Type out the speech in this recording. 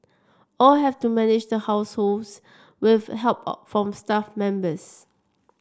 all have to manage the households with help of from staff members